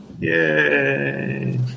Yay